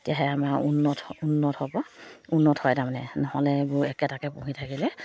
তেতিয়াহে আমাৰ উন্নত উন্নত হ'ব উন্নত হয় তাৰমানে নহ'লে বৰ একেটাকে পুহি থাকিলে